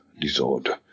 disorder